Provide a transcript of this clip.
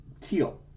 teal